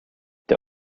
the